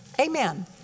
Amen